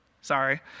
sorry